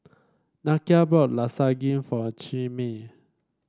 Nakia bought Lasagne for Chimere